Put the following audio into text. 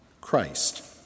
Christ